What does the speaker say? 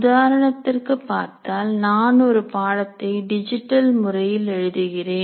உதாரணத்திற்கு பார்த்தால் நான் ஒரு பாடத்தை டிஜிட்டல் முறையில் எழுதுகிறேன்